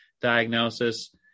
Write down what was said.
diagnosis